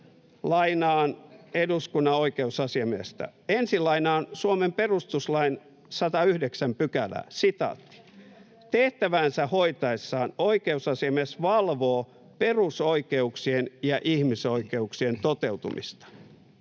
lainaan eduskunnan oikeusasiamiestä. Ensin lainaan Suomen perustuslain 109 §:ää: ”Tehtäväänsä hoitaessaan oikeusasiamies valvoo perusoikeuksien ja ihmisoikeuksien toteutumista.”